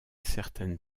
certaines